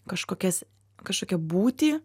kažkokias kažkokią būtį